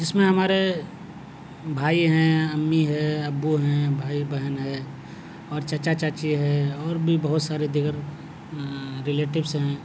جس میں ہمارے بھائی ہیں امی ہیں ابو ہیں بھائی بہن ہیں اور چچا چاچی ہے اور بھی بہت سارے دیگر ریلیٹیوس ہیں